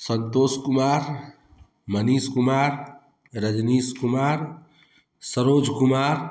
Santosh Kumar Manish Kumar Rajnish Kumar Saroj Kumar